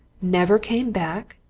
never came back!